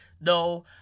no